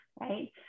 right